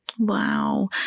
Wow